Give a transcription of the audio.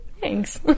Thanks